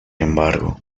embargo